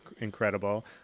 incredible